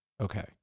Okay